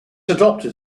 adopted